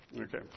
Okay